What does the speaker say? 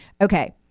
Okay